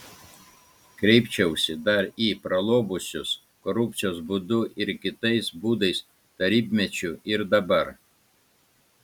kreipčiausi dar į pralobusius korupcijos būdu ir kitais būdais tarybmečiu ir dabar